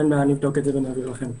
אין בעיה, נבדוק את זה ונעביר לכם תשובה.